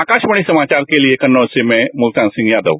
आकाशवाणी समाचार के लिए कन्नौज से मैं मुल्तान सिंह यादव